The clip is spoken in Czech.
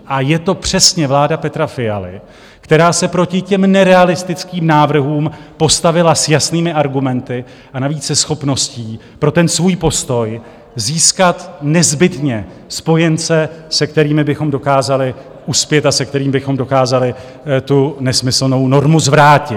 A je to přesně vláda Petra Fialy, která se proti těm nerealistickým návrhům postavila s jasnými argumenty a navíc se schopností pro svůj postoj získat nezbytně spojence, se kterými bychom dokázali uspět a se kterými bychom dokázali tu nesmyslnou normu zvrátit.